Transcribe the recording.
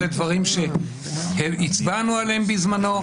אלה דברים שהצבענו עליהם בזמנו.